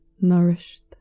nourished